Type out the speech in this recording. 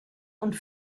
und